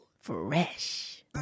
Fresh